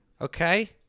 okay